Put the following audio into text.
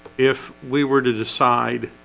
if we were to decide